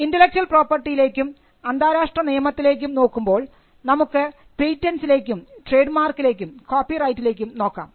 intellectual പ്രോപർട്ടിയിലേക്കും അന്താരാഷ്ട്ര നിയമത്തിലേക്കും നോക്കുമ്പോൾ നമുക്ക് പേറ്റന്റ്സിലേക്കും ട്രേഡ് മാർക്കിലേക്കും കോപ്പിറൈറ്റിലേക്കും നോക്കാം